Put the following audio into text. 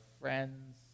friends